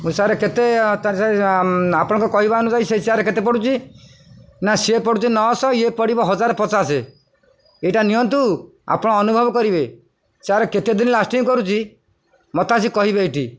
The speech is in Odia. ମୁଁ ସାର୍ କେତେ ତାର୍ ଆପଣଙ୍କ କହିବା ଅନୁଯାୟୀ ସେ ଚୟାର୍ କେତେ ପଡ଼ୁଛି ନା ସିଏ ପଡ଼ୁଛି ନଅଶହ ଇଏ ପଡ଼ିବ ହଜାର ପଚାଶ ଏଇଟା ନିଅନ୍ତୁ ଆପଣ ଅନୁଭବ କରିବେ ଚୟାର୍ କେତେ ଦିନ ଲାଷ୍ଟିଂ କରୁଛି ମତେ ଆସି କହିବେ ଏଇଠି